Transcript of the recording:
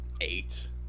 eight